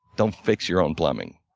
don't fix your own plumbing.